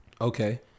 Okay